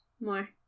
more